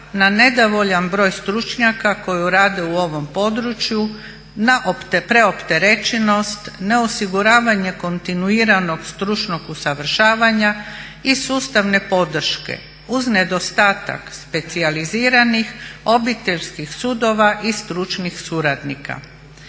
na nedovoljan broj stručnjaka koji rade u ovom području na preopterećenost, na osiguravanje kontinuiranog stručnog usavršavanja i sustavne podrške, uz nedostatak specijaliziranih obiteljskih sudova i stručnih suradnika.